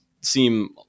seem